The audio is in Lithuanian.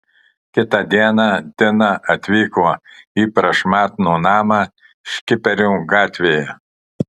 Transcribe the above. kitą dieną dina atvyko į prašmatnų namą škiperių gatvėje